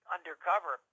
Undercover